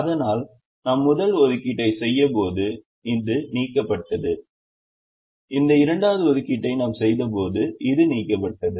அதனால் நாம் முதல் ஒதுக்கீட்டை செய்தபோது இது நீக்கப்பட்டது இந்த இரண்டாவது ஒதுக்கீட்டை நாம் செய்தபோது இது நீக்கப்பட்டது